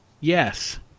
yes